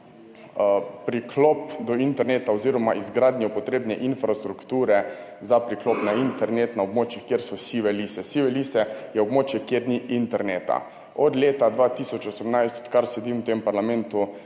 priklop na internet oziroma izgradnjo potrebne infrastrukture za priklop na internet na območjih, kjer so sive lise. Sive lise so območje, kjer ni interneta. Od leta 2018, odkar sedim v tem parlamentu,